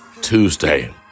Tuesday